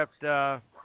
kept